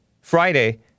Friday